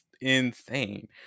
insane